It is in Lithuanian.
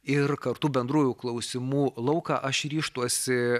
ir kartu bendrųjų klausimų lauką aš ryžtuosi